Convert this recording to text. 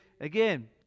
again